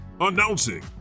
Announcing